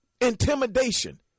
Intimidation